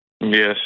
Yes